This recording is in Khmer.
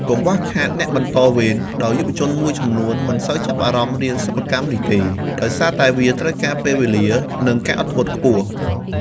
កង្វះខាតអ្នកបន្តវេន ដោយយុវជនមួយចំនួនមិនសូវចាប់អារម្មណ៍រៀនសិប្បកម្មនេះទេ ដោយសារវាត្រូវការពេលវេលា និងការអត់ធ្មត់ខ្ពស់។